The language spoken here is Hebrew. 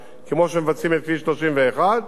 הוא אמר: תעשו את צומת להבים, זה מספיק.